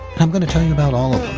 i'm going to tell you about all